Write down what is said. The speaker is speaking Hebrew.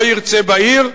לא ירצה בעיר,